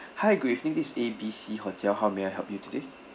hi good evening this is A B C hotel how may I help you today